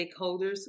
stakeholders